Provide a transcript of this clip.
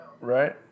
Right